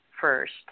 first